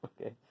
okay